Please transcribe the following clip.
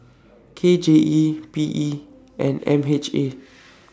K J E P E and M H A